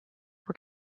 were